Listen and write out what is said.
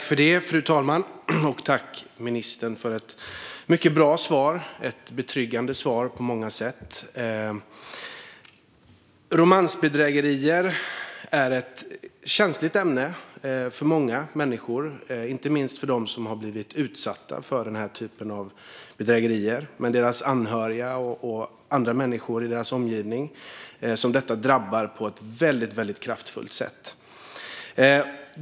Fru talman! Tack, ministern, för ett mycket bra svar! Det är ett betryggande svar på många sätt. Romansbedrägerier är ett känsligt ämne för många människor, inte minst för dem som blivit utsatta för den typen av bedrägerier men också för deras anhöriga och andra människor i deras omgivning som detta drabbar på ett kraftfullt sätt.